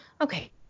Okay